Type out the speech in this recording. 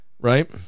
right